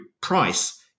price